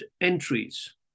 entries